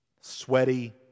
Sweaty